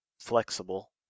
flexible